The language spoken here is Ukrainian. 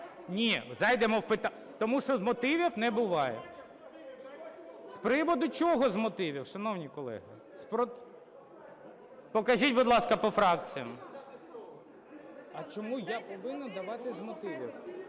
Ні, зайдемо в питання… Тому що "мотивів" не буває. З приводу чого "з мотивів", шановні колеги? Покажіть, будь ласка, по фракціях. (Шум у залі) Це не з мотивів,